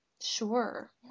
Sure